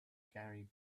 gary